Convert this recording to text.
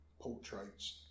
portraits